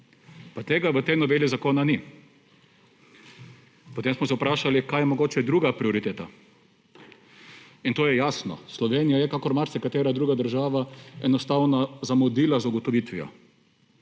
pa tega v tej noveli zakona ni. Potem smo se vprašali, kaj je mogoče druga prioriteta. To je jasno, Slovenija je kakor marsikatera druga država enostavno zamudila z ugotovitvijo,